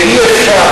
ואי-אפשר